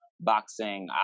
boxing